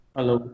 Hello